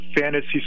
fantasy